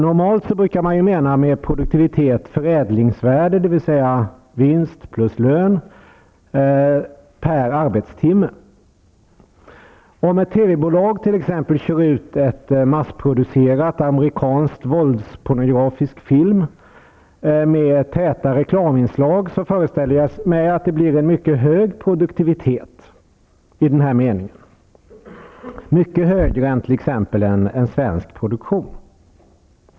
Normalt brukar man ju med produktivitet mena förändlingsvärde, dvs. vinst plus lön per arbetstimme. Om ett TV-bolag kör ut en massproducerad amerikansk våldspornografisk film med täta reklaminslag föreställer jag mig att det blir en mycket hög produktivitet in den här meningen. Mycket högre än för t.ex en svensk produktion.